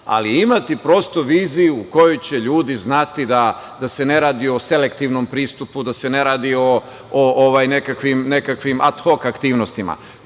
ali imati prosto viziju u kojoj će ljudi znati da se ne radi o selektivnom pristupu, da se ne radi o nekakvim ad hok aktivnostima.